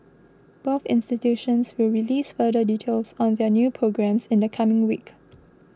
both institutions will release further details on their new programmes in the coming week